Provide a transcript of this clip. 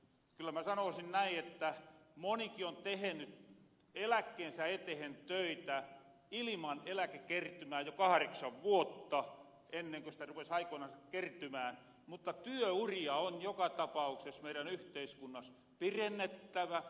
kyllä mä sanoosin näin että monikin on teheny eläkkeensä etehen töitä iliman eläkekertymää jo kahreksan vuotta ennenku sitä rupes aikoinansa kertymään mutta työuria on joka tapaukses meirän yhteiskunnas pirennettävä